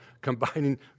combining